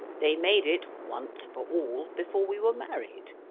they made it, once for all, before we were married.